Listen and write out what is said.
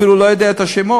הוא אפילו לא יודע את השמות.